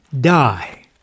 die